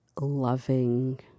loving